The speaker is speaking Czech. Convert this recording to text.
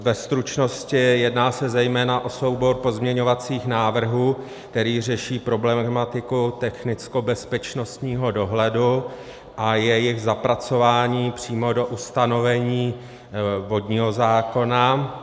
Ve stručnosti, jedná se zejména o soubor pozměňovacích návrhů, kteří řeší problematiku technickobezpečnostního dohledu a jejich zapracování přímo do ustanovení vodního zákona.